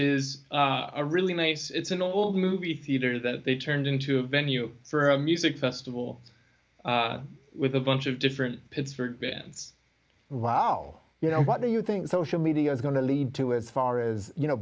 is a really nice it's an old movie theater that they turned into a venue for a music festival with a bunch of different pittsburgh bands while you know what do you think social media is going to lead to as far as you know